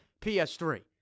PS3